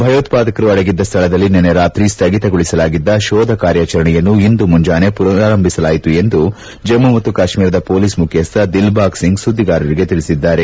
ಭಯೋತ್ಪಾದಕರು ಅಡಗಿದ್ದ ಸ್ವಳದಲ್ಲಿ ನಿನ್ನೆ ರಾತ್ರಿ ಸ್ವಗಿತಗೊಳಿಸಲಾಗಿದ್ದ ಶೋಧ ಕಾರ್ಯಾಚರಣೆಯನ್ನು ಇಂದು ಮುಂಜಾನೆ ಪುನರಾರಂಭಿಸಲಾಯಿತು ಎಂದು ಜಮ್ಮ ಮತ್ತು ಕಾಶ್ಮೀರದ ಪೊಲೀಸ್ ಮುಖ್ಯಸ್ವ ದಿಲ್ಬಾಗ್ ಸಿಂಗ್ ಸುದ್ದಿಗಾರರಿಗೆ ತಿಳಿಸಿದ್ದಾರೆ